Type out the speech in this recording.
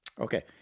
Okay